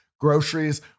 groceries